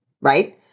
Right